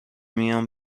میام